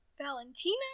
Valentina